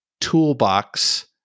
toolbox